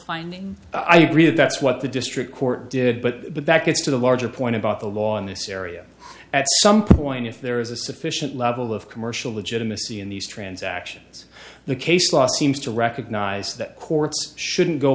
finding i agree that that's what the district court did but backwards to the larger point about the law in this area at some point if there is a sufficient level of commercial legitimacy in these transactions the case law seems to recognize that courts shouldn't go